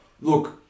Look